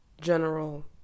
general